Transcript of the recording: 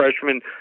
freshman